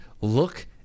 Look